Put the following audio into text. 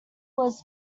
was